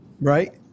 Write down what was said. Right